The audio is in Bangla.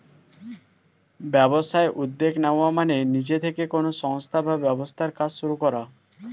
ব্যবসায় উদ্যোগ নেওয়া মানে নিজে থেকে কোনো সংস্থা বা ব্যবসার কাজ শুরু করা